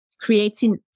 creating